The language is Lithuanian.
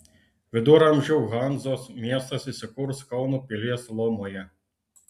viduramžių hanzos miestas įsikurs kauno pilies lomoje